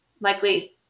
likely